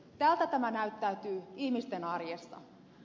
tältä tämä näyttäytyy ihmisten arjessa